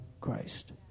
Christ